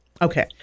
Okay